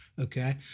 Okay